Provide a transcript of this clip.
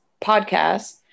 podcast